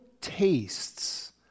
tastes